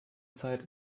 zeit